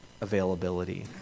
availability